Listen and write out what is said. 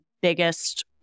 biggest